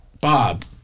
Bob